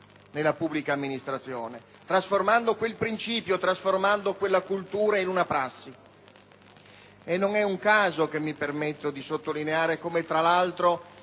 nella pubblica amministrazione, trasformando quel principio, trasformando quella cultura in una prassi. Non è un caso che mi permetto di sottolineare come tra l'altro